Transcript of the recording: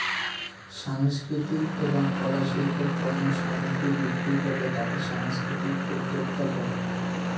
সাংস্কৃতিক এবং কলা শিল্পের পণ্য সামগ্রী বিক্রি করলে তাকে সাংস্কৃতিক উদ্যোক্তা বলে